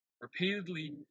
repeatedly